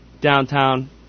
downtown